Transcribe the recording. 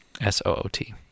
S-O-O-T